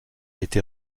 été